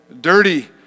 dirty